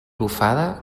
bufada